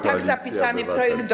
Tak zapisany projekt do.